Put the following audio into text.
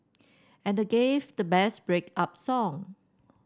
and they gave the best break up song